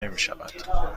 نمیشود